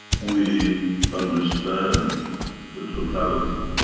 we understand the totality